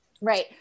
Right